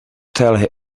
tell